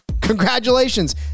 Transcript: congratulations